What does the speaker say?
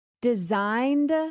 designed